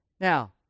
Now